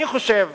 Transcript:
אני חושב